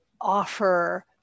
offer